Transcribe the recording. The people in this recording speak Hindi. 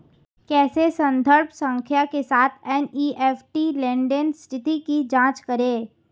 कैसे संदर्भ संख्या के साथ एन.ई.एफ.टी लेनदेन स्थिति की जांच करें?